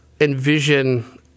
envision